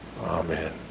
Amen